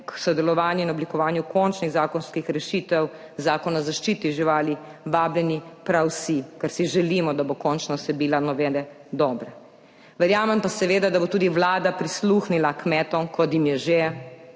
sodelovanju in oblikovanju končnih zakonskih rešitev Zakona o zaščiti živali vabljeni prav vsi, ker si želimo, da bo končna vsebina novele dobra. Verjamem pa seveda, da bo tudi Vlada prisluhnila kmetom, kot jim je že,